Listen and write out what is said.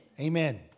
amen